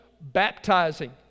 baptizing